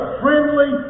friendly